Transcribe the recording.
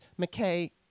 McKay